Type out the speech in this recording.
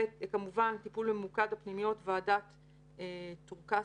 וכמובן טיפול ממוקד בפנימיות, ועדת טור-כספא.